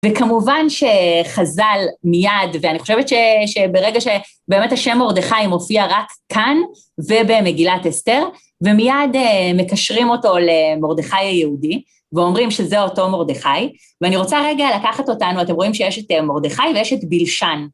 וכמובן שחז"ל מיד, ואני חושבת ש..שברגע שבאמת השם מרדכי מופיע רק כאן ובמגילת אסתר, ומיד מקשרים אותו למרדכי היהודי, ואומרים שזה אותו מרדכי, ואני רוצה רגע לקחת אותנו, אתם רואים שיש את מרדכי ויש את בילשן...